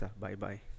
Bye-bye